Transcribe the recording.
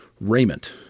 raiment